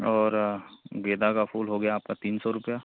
और गेंदा का फूल हो गया आपका तीन सौ रुपये